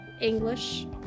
English